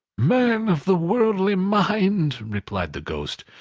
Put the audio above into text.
man of the worldly mind! replied the ghost,